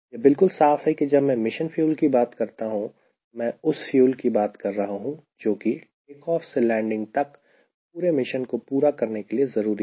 यह बिल्कुल साफ है कि जब मैं मिशन फ्यूल की बात करता हूं तो मैं उस फ्यूल की बात कर रहा हूं जोकि टेक ऑफ से लैंडिंग तक पूरे मिशन को पूरा करने के लिए जरूरी है